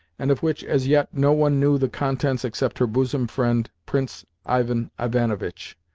and of which, as yet, no one knew the contents except her bosom friend, prince ivan ivanovitch.